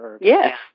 Yes